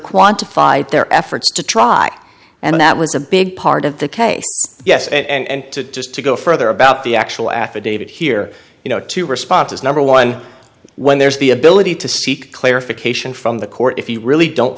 quantified their efforts to try and that was a big part of the case yes and to just to go further about the actual affidavit here you know two responses number one when there's the ability to seek clarification from the court if you really don't